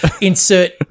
insert